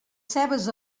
cebes